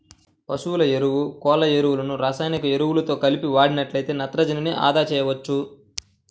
పశువుల ఎరువు, కోళ్ళ ఎరువులను రసాయనిక ఎరువులతో కలిపి వాడినట్లయితే నత్రజనిని అదా చేయవచ్చు